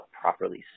properly